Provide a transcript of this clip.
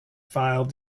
filed